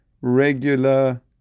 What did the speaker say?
regular